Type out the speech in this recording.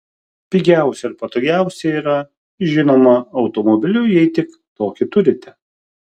pigiausia ir patogiausia yra žinoma automobiliu jei tik tokį turite